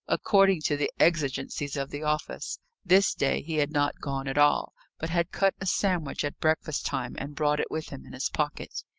according to the exigencies of the office this day, he had not gone at all, but had cut a sandwich at breakfast-time and brought it with him in his pocket.